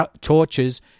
torches